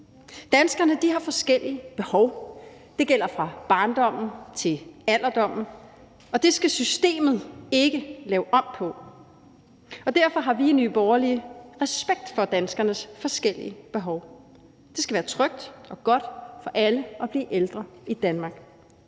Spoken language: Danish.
Danskerne har forskellige behov. Det gælder fra barndommen til alderdommen, og det skal systemet ikke lave om på. Derfor har vi i Nye Borgerlige respekt for danskernes forskellige behov. Det skal være trygt og godt for alle at blive ældre i Danmark.